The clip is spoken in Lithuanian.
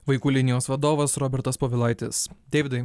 vaikų linijos vadovas robertas povilaitis deividai